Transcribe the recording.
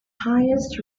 highest